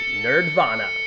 Nerdvana